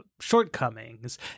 shortcomings